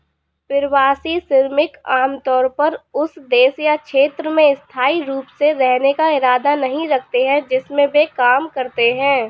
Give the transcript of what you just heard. प्रवासी श्रमिक आमतौर पर उस देश या क्षेत्र में स्थायी रूप से रहने का इरादा नहीं रखते हैं जिसमें वे काम करते हैं